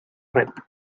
red